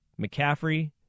McCaffrey